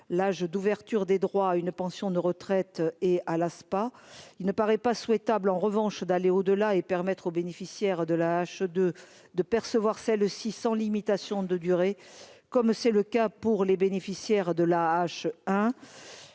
l'âge d'ouverture des droits à une pension de retraite et à l'ASPA, il ne paraît pas souhaitable, en revanche, d'aller au-delà et permettre aux bénéficiaires de la hache de de percevoir, celle-ci sans limitation de durée, comme c'est le cas pour les bénéficiaires de l'AAH